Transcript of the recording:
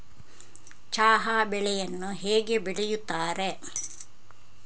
ಚಹಾ ಬೆಳೆಯನ್ನು ಹೇಗೆ ಬೆಳೆಯುತ್ತಾರೆ?